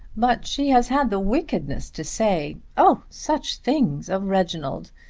but she has had the wickedness to say oh such things of reginald.